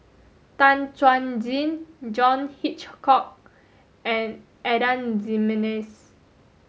Tan Chuan Jin John Hitchcock and Adan Jimenez